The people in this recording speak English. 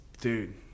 dude